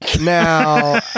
now